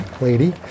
lady